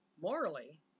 morally